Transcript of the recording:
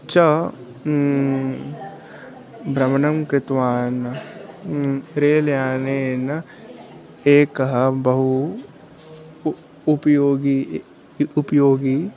च भ्रमणं कृत्वान् रेल्यानेन एकः बहु उ उपयोगी इ उपयोगी